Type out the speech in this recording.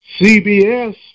CBS